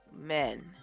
men